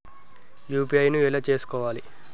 UPI ను ఎలా చేస్కోవాలి?